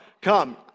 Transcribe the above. come